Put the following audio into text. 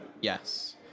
Yes